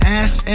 ass